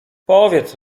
powiedz